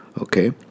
okay